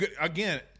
again